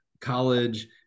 college